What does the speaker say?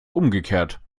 umgekehrt